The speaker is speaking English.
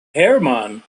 hermann